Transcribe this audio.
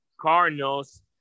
Cardinals